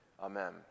Amen